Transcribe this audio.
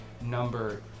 number